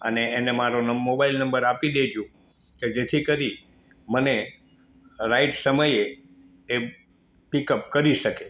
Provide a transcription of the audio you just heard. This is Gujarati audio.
અને એને મારો ન મોબાઈલ નંબર આપી દેજો કે જેથી કરી મને રાઇટ સમયે એ પિકઅપ કરી શકે